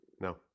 No